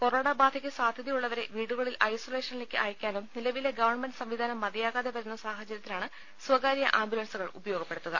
corona ബാധയ്ക്ക് സാധ്യതയുള്ളവരെ വീടുകളിൽ ഐസൊലേഷ നിലേക്ക് അയക്കാനും നിലവിലെ ഗവൺമെന്റ് സംവിധാനം മതിയാകാതെ വരുന്ന സാഹചര്യത്തിലാണ് സ്ഥകാര്യ ആംബു ലൻസുകൾ ഉപയോഗപ്പെടുത്തുക